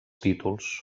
títols